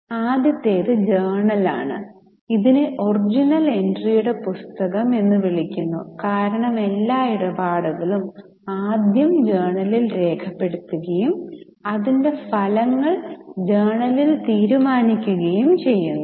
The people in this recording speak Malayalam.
ആദ്യത്തേത് ജേണലാണ് ഇതിനെ ഒറിജിനൽ എൻട്രിയുടെ പുസ്തകം എന്ന് വിളിക്കുന്നു കാരണം എല്ലാ ഇടപാടുകളും ആദ്യം ജേണലിൽ രേഖപ്പെടുത്തുകയും അതിന്റെ ഫലങ്ങൾ ജേണലിൽ തീരുമാനിക്കുകയും ചെയ്യുന്നു